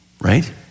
right